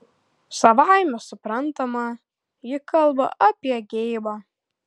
savaime suprantama ji kalba apie geibą